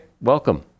welcome